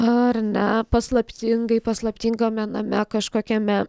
ar ne paslaptingai paslaptingame name kažkokiame